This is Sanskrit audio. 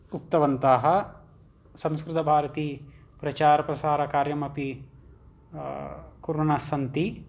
उक्तवन्तः संस्कृतभारती प्रचारप्रसारकार्यमपि कुर्वन्तस्सन्ति